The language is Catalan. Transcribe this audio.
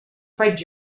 faig